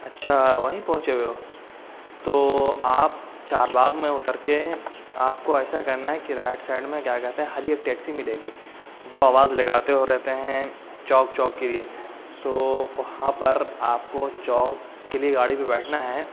اچھا وہیں پہنچے ہوئے ہو تو آپ چار باغ میں اتر کے آپ کو ایسا کرنا ہے کہ رائٹ سائڈ میں کیا کہتے ہیں ہری ایک ٹیکسی ملے گی وہ آواز لگاتے ہوئے رہتے ہیں چوک چوک کے لیے تو وہاں پر آپ کو چوک کے لیے گاڑی پہ بیٹھنا ہے